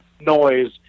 noise